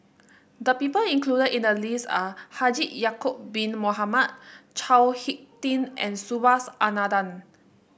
the people included in the list are Haji Ya'acob Bin Mohamed Chao HicK Tin and Subhas Anandan